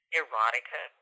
erotica